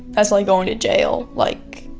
that's like going to jail, like,